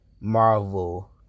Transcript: Marvel